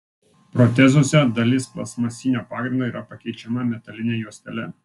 protezuose dalis plastmasinio pagrindo yra pakeičiama metaline juostele